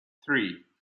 three